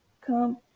come